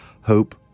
Hope